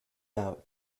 out